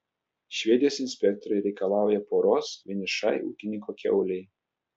švedijos inspektoriai reikalauja poros vienišai ūkininko kiaulei